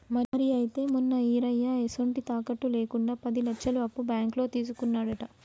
మరి అయితే మొన్న ఈరయ్య ఎసొంటి తాకట్టు లేకుండా పది లచ్చలు అప్పు బాంకులో తీసుకున్నాడట